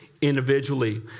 individually